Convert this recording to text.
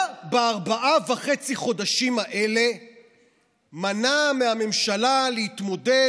מה בארבעה חודשים וחצי האלה מנע מהממשלה להתמודד